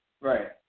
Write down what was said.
Right